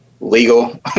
legal